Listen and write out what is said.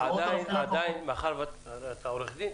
אתה עורך דין?